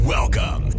Welcome